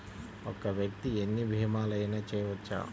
ఒక్క వ్యక్తి ఎన్ని భీమలయినా చేయవచ్చా?